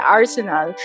arsenal